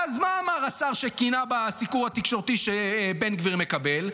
ואז מה אמר השר שכינה בסיקור התקשורתי שבן גביר מקבל?